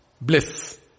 bliss